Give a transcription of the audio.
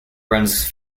runs